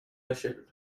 ocean